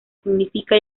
significa